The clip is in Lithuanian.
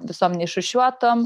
visom neišrūšiuotom